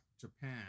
Japan